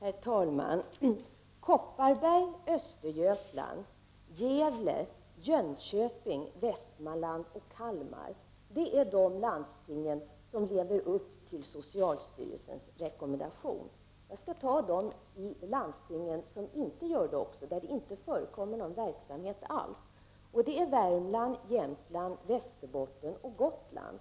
Herr talman! Kopparberg, Östergötland, Gävleborg, Jönköping, Västmanland och Kalmar är de landsting som lever upp till socialstyrelsens rekommendation. Jag skall även räkna upp de landsting som inte gör det och där det inte förekommer någon verksamhet alls: Värmland, Jämtland, Västerbotten och Gotland.